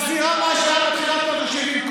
מחזירה למה שהיה בתחילת שנות השבעים.